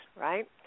right